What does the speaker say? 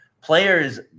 players